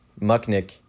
Mucknick